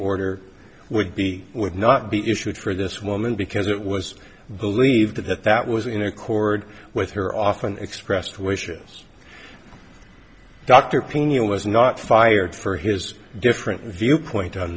order would be would not be issued for this woman because it was believed that that was in accord with her often expressed wishes dr pea was not fired for his different viewpoint on